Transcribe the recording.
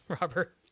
Robert